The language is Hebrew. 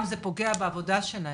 זה גם פוגע בעבודה שלהם.